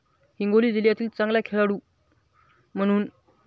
हिंगोली जिल्ह्यातील चांगला खेळाडू म्हणून